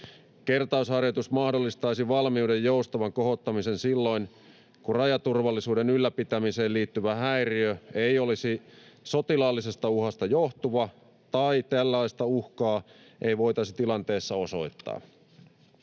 Kertausharjoitus mahdollistaisi valmiuden joustavan kohottamisen silloin, kun rajaturvallisuuden ylläpitämiseen liittyvä häiriö ei olisi sotilaallisesta uhasta johtuva tai tällaista uhkaa ei voitaisi tilanteessa osoittaa.